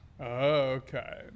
Okay